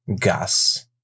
Gas